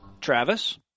Travis